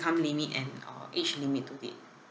income limit and uh age limit to it